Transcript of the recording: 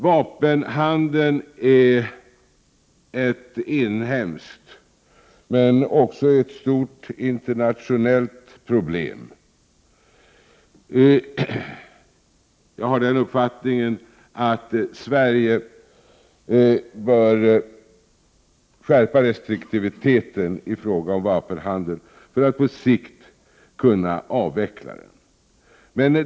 Vapenhandeln är ett inhemskt men också ett stort internationellt problem. Jag har den uppfattningen att Sverige bör skärpa restriktiviteten i fråga om vapenhandeln, för att på sikt kunna avveckla denna handel.